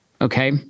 Okay